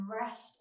rest